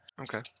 Okay